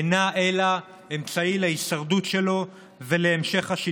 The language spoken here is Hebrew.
איזה נושא שאולי אלה שהיו שכירים זה אף פעם לא נגע להם.